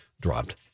dropped